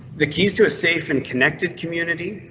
the keys to a safe and connected community,